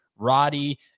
roddy